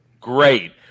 great